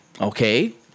Okay